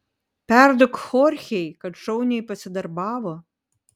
perduok chorchei kad šauniai pasidarbavo